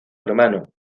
hermano